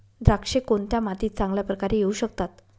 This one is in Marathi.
द्राक्षे कोणत्या मातीत चांगल्या प्रकारे येऊ शकतात?